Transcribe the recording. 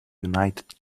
united